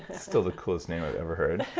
still the coolest name i've ever heard.